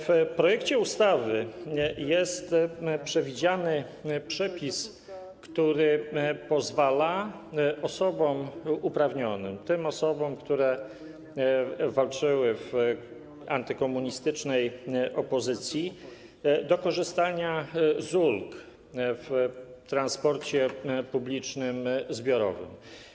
W projekcie ustawy jest przewidziany przepis, który pozwala osobom uprawnionym, tym osobom, które walczyły w ramach antykomunistycznej opozycji, na korzystanie z ulg w transporcie publicznym, zbiorowym.